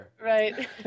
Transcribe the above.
Right